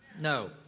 No